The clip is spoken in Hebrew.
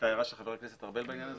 הייתה הערה של חבר הכנסת ארבל בעניין הזה.